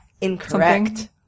Incorrect